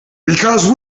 because